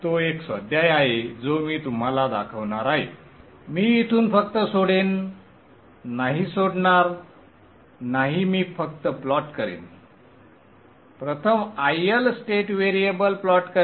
तो एक स्वाध्याय आहे जो मी तुम्हाला दाखवणार आहे मी इथून फक्त सोडेन नाही सोडणार नाही मी फक्त प्लॉट करेन प्रथम IL स्टेट व्हेरिएबल प्लॉट करेन